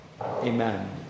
Amen